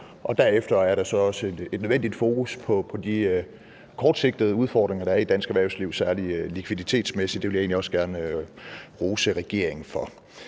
Derefter er der så også et nødvendigt fokus på de kortsigtede udfordringer, der er i dansk erhvervsliv, særlig likviditetsmæssigt, og det vil jeg egentlig også gerne rose regeringen for.